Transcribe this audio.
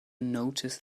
notice